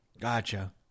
Gotcha